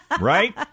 Right